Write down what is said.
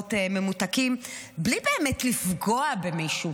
משקאות ממותקים בלי באמת לפגוע במישהו.